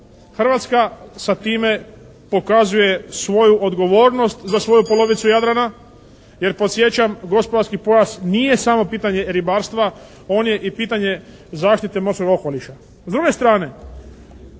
Hrvatska sa time pokazuje svoju odgovornost za svoju polovicu Jadrana, jer podsjećam gospodarski pojas nije samo pitanje ribarstva, on je i pitanje zaštite morskoga okoliša.